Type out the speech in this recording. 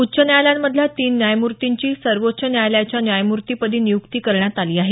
उच्च न्यायालयांमधल्या तीन न्यायमूर्तींची सर्वोच्च न्यायालयाच्या न्यायमूर्तीपदी नियुक्ती करण्यात आली आहे